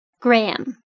Graham